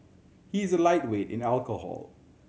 he is a lightweight in alcohol